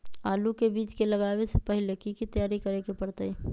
आलू के बीज के लगाबे से पहिले की की तैयारी करे के परतई?